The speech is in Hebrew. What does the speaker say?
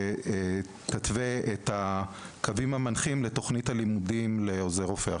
שתתווה את הקווים המנחים לתכנית הלימודים לעוזר רופא.